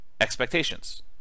expectations